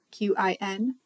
QIN